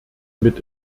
mit